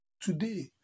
Today